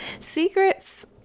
secrets